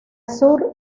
sur